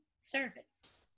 service